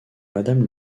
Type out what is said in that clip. madame